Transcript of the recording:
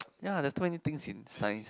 ya there's too many things in science